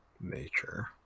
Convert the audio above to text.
nature